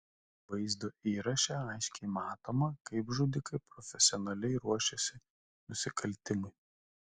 vaizdo įraše aiškiai matoma kaip žudikai profesionaliai ruošiasi nusikaltimui